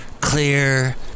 Clear